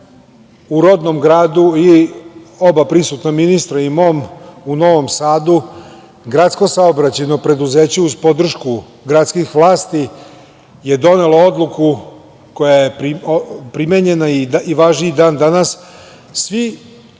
u rodnom gradu i oba prisutna ministra i mom, u Novom Sadu, Gradsko saobraćajno preduzeće, uz podršku gradskih vlasti donelo je odluku koja je primenjena i važi i dan-danas – svi